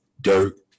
Dirt